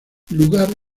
lugar